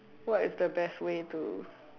what is the best way to